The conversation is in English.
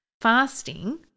fasting